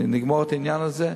נגמור את העניין הזה,